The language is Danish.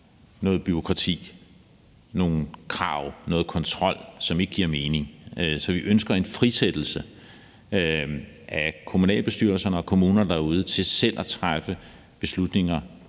noget bureaukrati, nogle krav og noget kontrol, som ikke giver mening. Vi ønsker en frisættelse af kommunalbestyrelserne og kommunerne derude til selv at træffe beslutninger